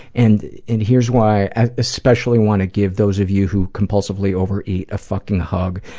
and and here's why especially wanna give those of you who compulsively overeat a fucking hug,